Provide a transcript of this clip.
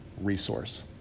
resource